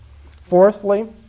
Fourthly